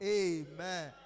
amen